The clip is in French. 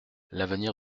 l’avenir